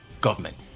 government